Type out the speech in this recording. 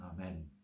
Amen